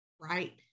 right